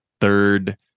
third